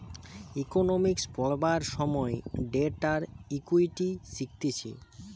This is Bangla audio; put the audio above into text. ইকোনোমিক্স পড়বার সময় ডেট আর ইকুইটি শিখতিছে